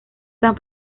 san